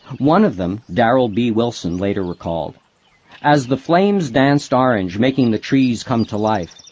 one of them, darryl b. wilson, later recalled as the flames danced orange making the trees come to life,